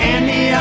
Andy